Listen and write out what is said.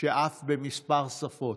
שאף בכמה שפות.